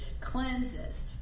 cleanses